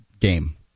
game